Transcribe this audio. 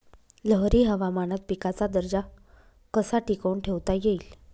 लहरी हवामानात पिकाचा दर्जा कसा टिकवून ठेवता येईल?